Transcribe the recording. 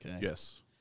Yes